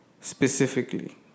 specifically